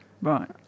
Right